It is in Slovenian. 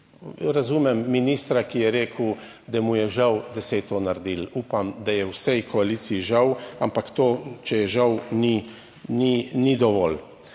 razumem ministra, ki je rekel, da mu je žal, da se je to naredilo. Upam, da je v vsej koaliciji žal, ampak to, če je žal ni, ni dovolj.